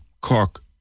Cork